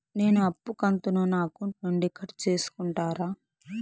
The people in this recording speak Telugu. నేను అప్పు కంతును నా అకౌంట్ నుండి కట్ సేసుకుంటారా?